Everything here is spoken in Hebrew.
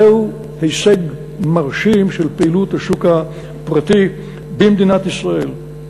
זהו הישג מרשים של פעילות השוק הפרטי במדינת ישראל.